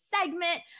segment